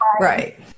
Right